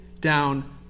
down